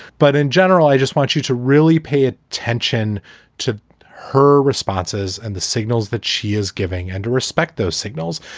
but in general, i just want you to really pay ah attention to her responses and the signals that she is giving and to respect those signals.